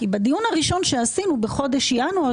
כי בדיון הראשון שעשינו בחודש ינואר,